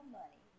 money